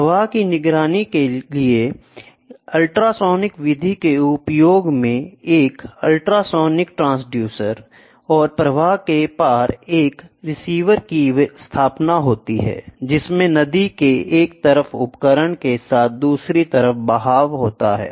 प्रवाह की निगरानी के लिए अल्ट्रासोनिक विधि के उपयोग में एक अल्ट्रासोनिक ट्रांसड्यूसर और प्रवाह के पार एक रिसीवर की स्थापना होती है जिसमें नदी के एक तरफ उपकरणों के साथ दूसरी तरफ बहाव होता है